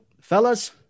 fellas